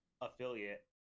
affiliate